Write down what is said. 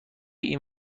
این